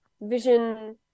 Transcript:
vision